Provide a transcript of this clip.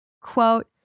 Quote